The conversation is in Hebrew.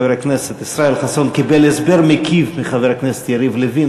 חבר הכנסת ישראל חסון קיבל הסבר מקיף מחבר הכנסת יריב לוין